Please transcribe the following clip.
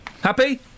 Happy